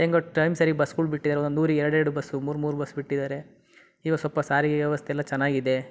ಹೆಂಗೋ ಟೈಮ್ ಸರೀಗೆ ಬಸ್ಗಳ್ ಬಿಟ್ಟಿದಾರೆ ಒಂದು ಊರಿಗೆ ಎರಡು ಎರಡು ಬಸ್ಸು ಮೂರು ಮೂರು ಬಸ್ ಬಿಟ್ಟಿದ್ದಾರೆ ಇವಾಗ ಸ್ವಲ್ಪ ಸಾರಿಗೆ ವ್ಯವಸ್ಥೆ ಎಲ್ಲ ಚೆನ್ನಾಗಿದೆ